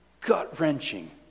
gut-wrenching